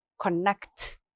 connect